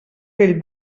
vell